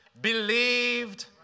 believed